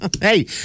Hey